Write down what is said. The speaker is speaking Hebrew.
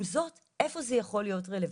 עם זאת, היכן זה יכול להיות רלוונטי?